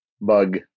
bug